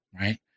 right